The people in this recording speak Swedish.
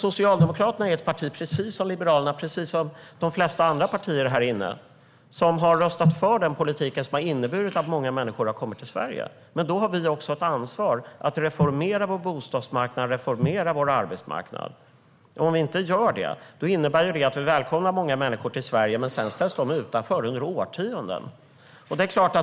Socialdemokraterna är ett parti som, precis som Liberalerna och precis som de flesta partier i kammaren, har röstat för den politik som har inneburit att många människor har kommit till Sverige. Då har vi också ett ansvar att reformera vår bostadsmarknad och reformera vår arbetsmarknad. Om vi inte gör det innebär det att vi välkomnar många människor till Sverige men de ställs sedan utanför under årtionden.